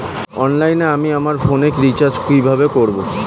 অনলাইনে আমি আমার ফোনে রিচার্জ কিভাবে করব?